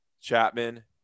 Chapman